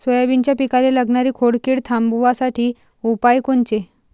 सोयाबीनच्या पिकाले लागनारी खोड किड थांबवासाठी उपाय कोनचे?